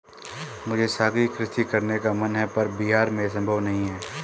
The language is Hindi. मुझे सागरीय कृषि करने का मन है पर बिहार में ये संभव नहीं है